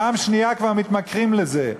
פעם שנייה כבר מתמכרים לזה,